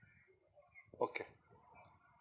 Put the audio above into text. okay